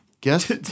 Guess